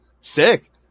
Sick